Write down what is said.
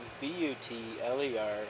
B-U-T-L-E-R